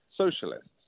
socialists